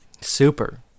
Super